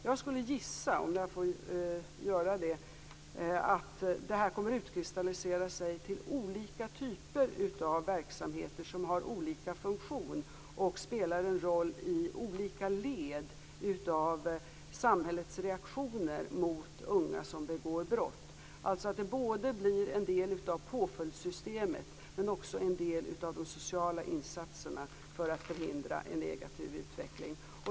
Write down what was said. Jag skulle om jag får gissa säga att det kommer att utkristallisera sig olika typer av verksamheter med olika funktion, vilka kommer att spela en roll i olika led av samhällets reaktioner mot unga som begår brott. De blir alltså både en del av påföljdssystemet och en del av de sociala insatserna för att förhindra en negativ utveckling.